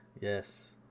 yes